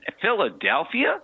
Philadelphia